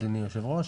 אדוני היו"ר.